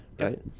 Right